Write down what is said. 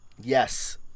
Yes